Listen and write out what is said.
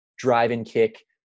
drive-and-kick